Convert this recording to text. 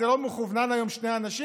זה לא מכוון היום לשני אנשים?